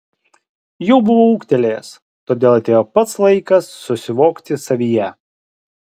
jau buvau ūgtelėjęs todėl atėjo pats laikas susivokti savyje